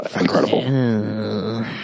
incredible